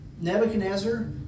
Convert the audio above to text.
Nebuchadnezzar